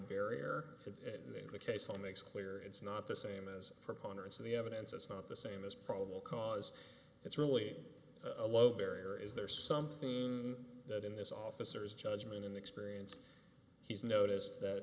clear it's not the same as preponderance of the evidence it's not the same as probable cause it's really a low barrier is there something that in this officer is judgment in the experience he's noticed that